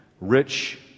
rich